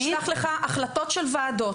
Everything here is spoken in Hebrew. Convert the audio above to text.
אני אשלח לך החלטות של ועדות,